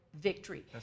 victory